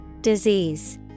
Disease